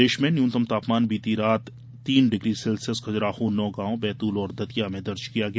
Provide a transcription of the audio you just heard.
प्रदेश में न्यूनतम तापमान बीती रात तीन डिग्री सेल्सियस खजुराहो नौगांव बैतूल और दतिया में दर्ज किया गया